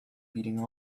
beating